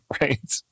Right